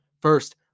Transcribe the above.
First